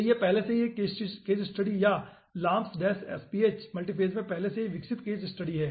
तो यह पहले से ही एक केस स्टडी है या LAAMPS SPH मल्टीफेज में पहले से ही विकसित केस स्टडी है